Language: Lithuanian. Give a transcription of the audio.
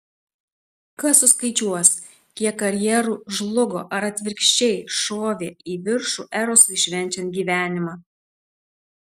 kas suskaičiuos kiek karjerų žlugo ar atvirkščiai šovė į viršų erosui švenčiant gyvenimą